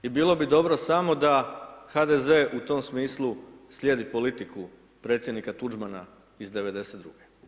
I bilo bi dobro samo da HDZ u tom smislu slijedi politiku predsjednika Tuđmana iz '92.